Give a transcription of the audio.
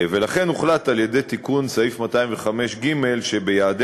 ולכן הוחלט על-ידי תיקון סעיף 205ג שביעדי